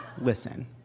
Listen